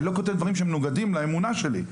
אני לא כותב דברים שמנוגדים לאמונה שלי,